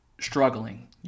struggling